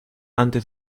antes